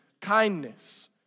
kindness